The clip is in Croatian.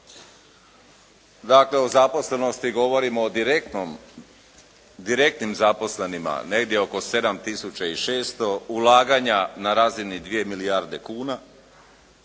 Dakle, o zaposlenosti govorimo o direktnim zaposlenima negdje oko 7600, ulaganja na razini 2 milijarde kuna.